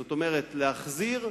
זאת אומרת להחזיר,